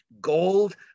gold